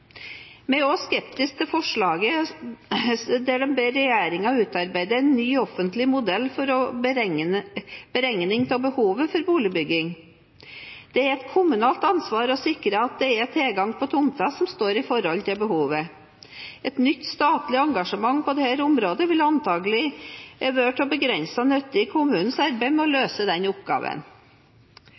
Vi er også skeptisk til forslaget der en ber regjeringen utarbeide en ny offentlig modell for beregning av behovet for boligbygging. Det er et kommunalt ansvar å sikre at det er en tilgang på tomter som står i forhold til behovet. Et nytt statlig engasjement på dette området vil antagelig være av begrenset nytte i kommunenes arbeid med å løse den oppgaven.